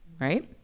right